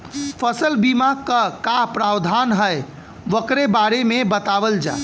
फसल बीमा क का प्रावधान हैं वोकरे बारे में बतावल जा?